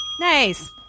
Nice